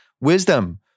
Wisdom